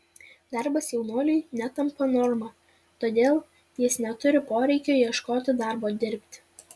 darbas jaunuoliui netampa norma todėl jis neturi poreikio ieškoti darbo dirbti